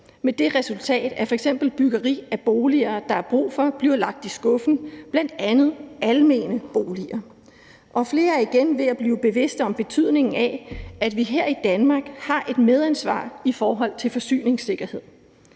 med det resultat, at f.eks. byggeri af boliger, som der er brug for, bliver lagt i skuffen, bl.a. almene boliger. Og flere er igen ved at blive bevidste om betydningen af, at vi her i Danmark har et medansvar i forhold til forsyningssikkerhed.